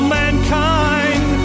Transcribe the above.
mankind